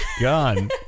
gun